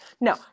no